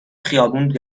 خیابون